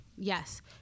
yes